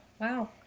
Wow